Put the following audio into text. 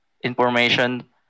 information